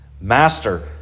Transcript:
Master